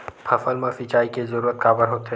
फसल मा सिंचाई के जरूरत काबर होथे?